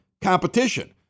competition